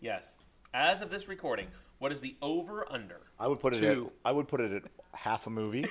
yes as of this recording what is the over under i would put it i would put it half a movie